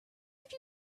did